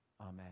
Amen